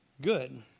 good